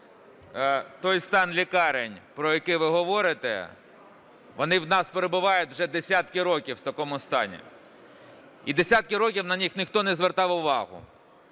той стан лікарень, про який ви говорите, вони в нас перебувають вже десятки років у такому стані, і десятки років на них ніхто не звертав увагу.